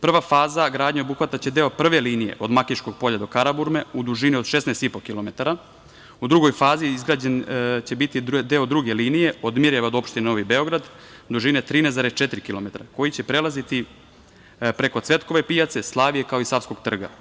Prva faza, gradnja će obuhvatati deo prve linije od Makiškog polja do Karaburme u dužini od 16,5 kilometara, u drugoj fazi izgrađen će biti deo druge linije od Mirijeva do opštine Novi Beograd, dužine 13,4 kilometara, koji će prelaziti preko Cvetkove pijace, Slavije, kao i Savskog trga.